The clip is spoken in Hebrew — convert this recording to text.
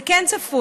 זה כן צפוי.